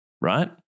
right